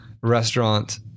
restaurant